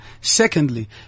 Secondly